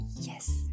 Yes